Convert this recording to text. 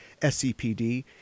SCPD